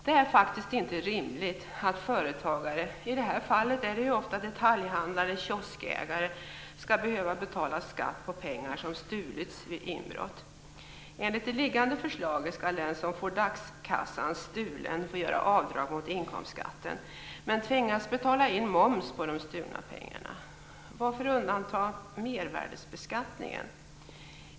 Det är faktiskt inte rimligt att företagare - i det här fallet är det ofta detaljhandlare och kioskägare - skall behöva betala skatt på pengar som stulits vid inbrott. Enligt det liggande förslaget skall den som får dagskassan stulen få göra avdrag mot inkomstskatten, men tvingas betala in moms på de stulna pengarna. Varför undanta mervärdesbeskattningen?